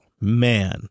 Man